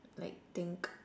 like think